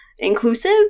inclusive